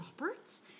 Roberts